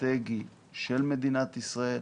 אסטרטגי של מדינת ישראל,